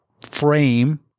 frame